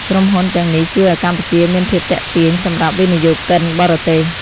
ក្រុមហ៊ុនទាំងនេះជួយឱ្យកម្ពុជាមានភាពទាក់ទាញ សម្រាប់វិនិយោគិនបរទេស។